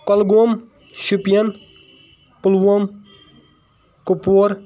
Kulgam Shopian Pulwama Kupwara